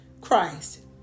Christ